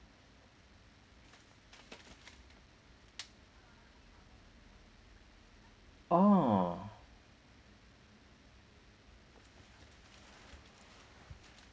orh